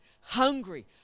hungry